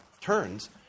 turns